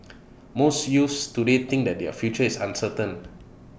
most youths today think that their future is uncertain